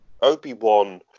Obi-Wan